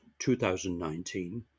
2019